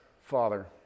Father